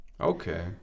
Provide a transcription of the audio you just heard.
Okay